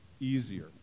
easier